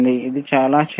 ఇది కూడా చాలా చిన్నది